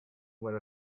were